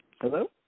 Hello